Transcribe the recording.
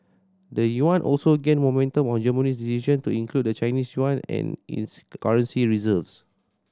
the yuan also gained momentum on Germany's decision to include the Chinese yuan in its currency reserves